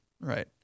Right